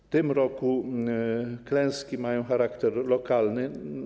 W tym roku klęski mają charakter lokalny.